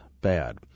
bad